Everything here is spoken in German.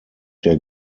der